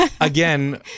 Again